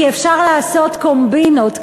כי אפשר לעשות קומבינות,